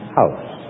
house